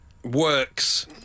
Works